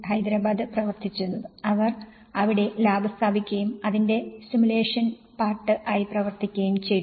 ഹൈദരാബാദ് പ്രവർത്തിച്ചിരുന്നത് അവർ അവിടെ ലാബ് സ്ഥാപിക്കുകയും അതിന്റെ സിമുലേഷൻ പാർട്ട് ആയി പ്രവർത്തിക്കുകയും ചെയ്തു